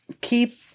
keep